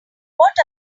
what